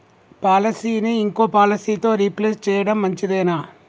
పాలసీని ఇంకో పాలసీతో రీప్లేస్ చేయడం మంచిదేనా?